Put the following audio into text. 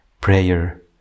prayer